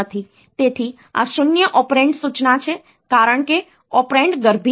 તેથી આ 0 ઓપરેન્ડ સૂચના છે કારણ કે ઓપરેન્ડ ગર્ભિત છે